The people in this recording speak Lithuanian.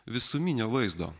visuminio vaizdo